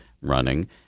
running